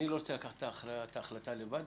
אני לא רוצה לקחת את ההחלטה לבד.